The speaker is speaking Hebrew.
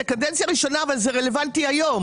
זאת קדנציה ראשונה אבל זה רלוונטי היום.